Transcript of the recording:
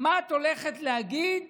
מה את הולכת להגיד